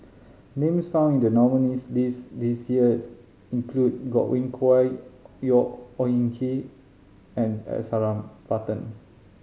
names found in the nominees' list this year include Godwin Koay Owyang Chi and S Varathan